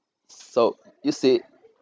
so you see